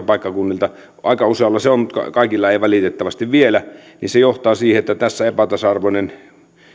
paikkakunnilta aika usealla se on mutta kaikilla ei valitettavasti vielä niin se johtaa siihen että tässä epätasa arvoinen